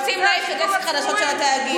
רוצים להעיף את דסק החדשות של התאגיד.